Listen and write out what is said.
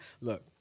look